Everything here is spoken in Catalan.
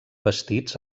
vestits